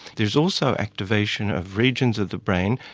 there is also activation of regions of the brain,